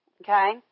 Okay